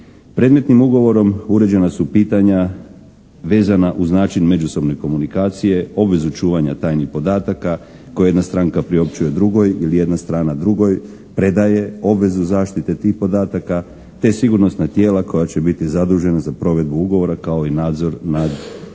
Predmetnim ugovorom uređena su pitanja vezana uz način međusobne komunikacije, obvezu čuvanja tajnih podataka koje jedna stranka priopćuje drugoj ili jedna strana drugoj, predaje obvezu zaštite tih podataka te sigurnosna tijela koja će biti zadužena za provedbu ugovora kao i nadzor nad provedbom